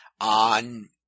on